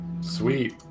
Sweet